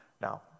Now